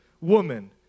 woman